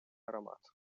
аромат